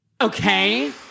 Okay